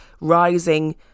rising